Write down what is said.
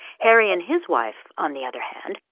harry and his wife, on the other hand,